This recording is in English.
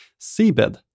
seabed